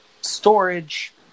Storage